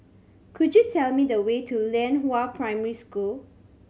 could you tell me the way to Lianhua Primary School